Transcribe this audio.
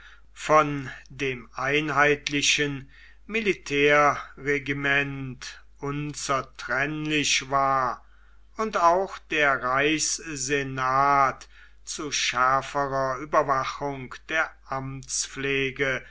von dem einheitlichen militärregiment unzertrennlich war und auch der reichssenat zu schärferer überwachung der